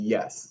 Yes